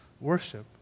worship